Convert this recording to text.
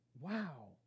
Wow